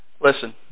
listen